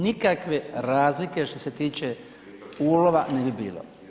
Nikakve razlike što se tiče ulova ne bi bilo.